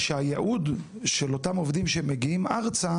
שהייעוד של אותם עובדים שמגיעים ארצה,